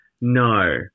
No